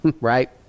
right